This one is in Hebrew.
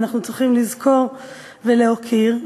ואנחנו צריכים לזכור ולהוקיר.